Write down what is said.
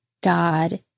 God